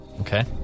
Okay